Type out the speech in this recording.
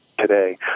today